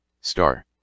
star